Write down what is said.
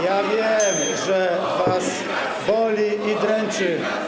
Ja wiem, że was boli i dręczy.